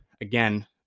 again